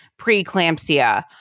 preeclampsia